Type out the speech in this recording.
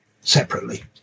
separately